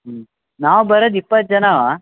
ಹ್ಞೂ ನಾವು ಬರೋದು ಇಪ್ಪತ್ತು ಜನವ